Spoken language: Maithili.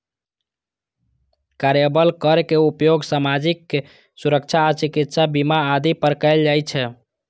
कार्यबल कर के उपयोग सामाजिक सुरक्षा आ चिकित्सा बीमा आदि पर कैल जाइ छै